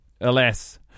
Alas